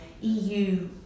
EU